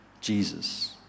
Jesus